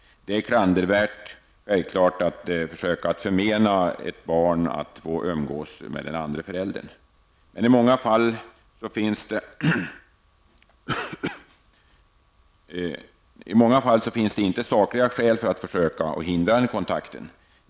Det är självfallet klandervärt att försöka förmena ett barn umgänge med den andra föräldern. I många fall finns det dock inte sakliga skäl för att försöka förhindra denna kontakt.